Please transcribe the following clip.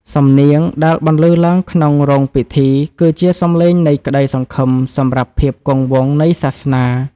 សំនៀងដែលបន្លឺឡើងក្នុងរោងពិធី គឺជាសម្លេងនៃក្ដីសង្ឃឹមសម្រាប់ភាពគង់វង្សនៃសាសនា។